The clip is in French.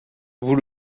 vous